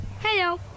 hello